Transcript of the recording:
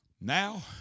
Now